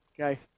Okay